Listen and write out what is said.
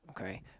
okay